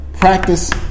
practice